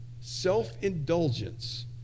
Self-indulgence